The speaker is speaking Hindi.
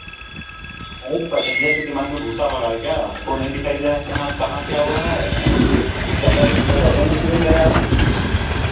अरे पैसेन्जर के दिमाग में भूसा भरा है क्या उसको नहीं दिखाई दे रहा है कि हाँ कहाँ क्या हो रहा है एं भीड़ ज़्यादा थी तुमको बैठना ही नहीं चाहिए था यार